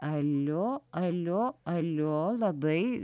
alio alio alio labai